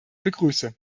begrüße